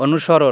অনুসরণ